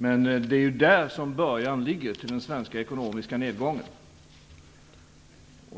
det är där som början till den svenska ekonomiska nedgången ligger.